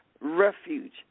refuge